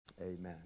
Amen